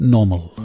Normal